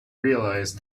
realize